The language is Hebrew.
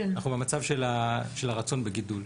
אנחנו במצב של הרצון בגידול.